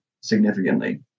significantly